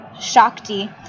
Shakti